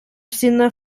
sinne